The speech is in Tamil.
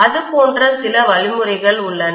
அது போன்ற சில வழிமுறைகள் உள்ளன